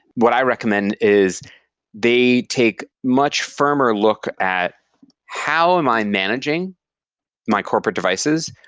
what i recommend is they take much firmer look at how am i managing my corporate devices?